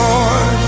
Lord